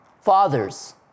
Fathers